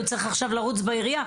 הוא צריך עכשיו לרוץ בעירייה,